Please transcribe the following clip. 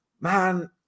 man